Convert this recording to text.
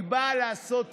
היא באה לעשות צדק.